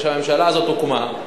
כשהממשלה הזו הוקמה,